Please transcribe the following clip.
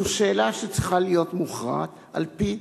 זו שאלה שצריכה להיות מוכרעת על-פי